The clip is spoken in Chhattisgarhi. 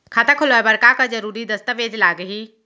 खाता खोलवाय बर का का जरूरी दस्तावेज लागही?